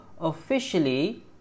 officially